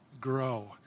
grow